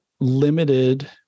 limited